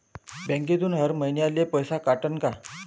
बँकेतून हर महिन्याले पैसा कटन का?